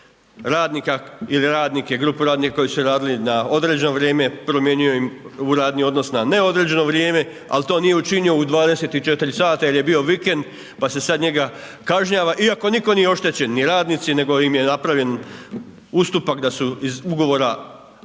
je radnika ili radnike, grupu radnika koji su radili na određeno vrijeme, promijenio im u radni odnos na neodređeno vrijeme ali to nije učinio u 24 sata jer je bio vikend pa se sad njega kažnjava iako nitko nije oštećen, ni radnici nego im je napravljen ustupak da su iz ugovora na